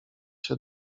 się